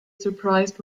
surprised